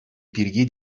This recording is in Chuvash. пирки